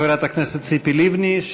חברת הכנסת ציפי לבני,